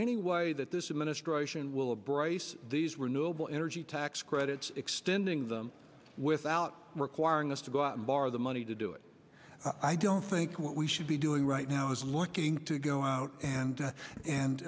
any way that this administration will embrace these were noble energy tax credits extending them without requiring us to go out and borrow the money to do it i don't think what we should be doing right now is looking to go out and and